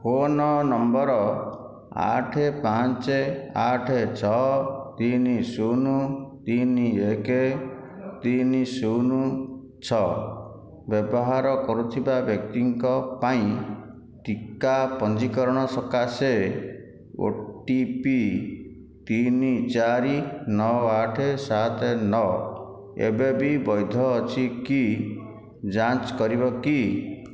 phone number ଆଠ ପାଞ୍ଚ ଆଠ ଛଅ ତିନି ଶୂନ ତିନି ଏକ ତିନି ଶୂନ ଛଅ ବ୍ୟବହାର କରୁଥିବା ବ୍ୟକ୍ତିଙ୍କ ପାଇଁ ଟୀକା ପଞ୍ଜୀକରଣ ସକାଶେ ଓଟିପି ତିନି ଚାରି ନଅ ଆଠ ସାତ ନଅ ଏବେ ବି ବୈଧ ଅଛି କି ଯାଞ୍ଚ୍ କରିବ କି